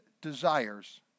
desires